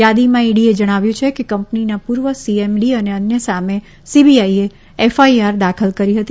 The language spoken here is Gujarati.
યાદીમાં ઇડીએ જણાવ્યું છે કે કંપનીના પૂર્વ સીએમડી અને અન્ય સામે સીબીઆઇએ એફઆઇઆર દાખલ કરી હતી